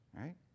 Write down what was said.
right